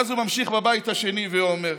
ואז הוא ממשיך בבית השני ואומר: